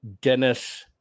Dennis